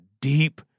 deep